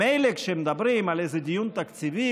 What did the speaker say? מילא כשמדברים על איזה דיון תקציבי,